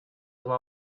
кыла